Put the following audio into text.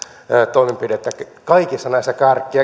toimenpidettä kaikissa näissä